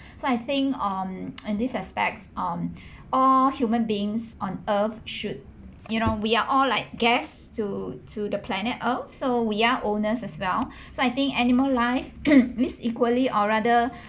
so I think um and this aspects um all human beings on earth should you know we're all like guests to to the planet earth so we are owners as well so I think animal life live equally or rather